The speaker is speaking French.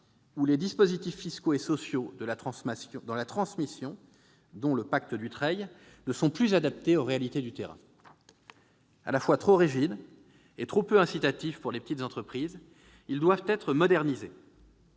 où les dispositifs fiscaux et sociaux de la transmission, dont le pacte Dutreil, ne sont plus adaptés aux réalités du terrain. À la fois trop rigides et trop peu incitatifs pour les petites entreprises, ils doivent être modernisés.